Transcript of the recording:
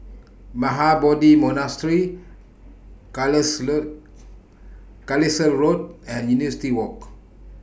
Mahabodhi Monastery Carlisle Road and University Walk